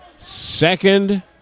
Second